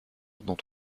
dont